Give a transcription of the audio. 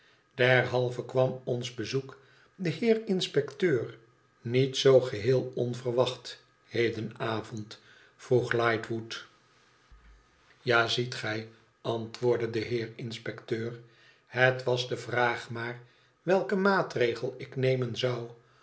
derhalve kwam ons bezoek den heer inspecteur nit zoo geheel onverwacht heden avond vroeg lightwood ja ziet gij antwoordde de heer inspecteur het was de vraag maar welken maatregel ik neinen zou